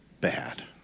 bad